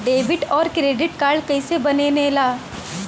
Debit और credit card कईसे बने ने ला?